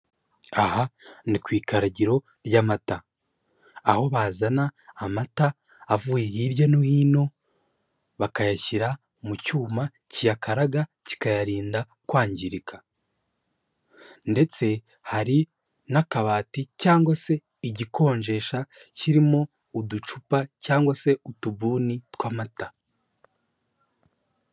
Aha ni ku ikaragiro ry'amata. Aho bazana amata avuye hirya no hino bakayashyira mu cyuma kiyakaraga kikayarinda kwangirika ndetse hari n'akabati cyangwag se igikonjesha kirimo uducupa cyangwa se utubuni tw'amata.